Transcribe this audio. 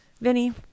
Vinny